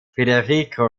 federico